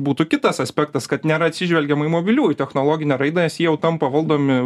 būtų kitas aspektas kad nėra atsižvelgiama į mobiliųjų technologinę raidą nes jie jau tampa valdomi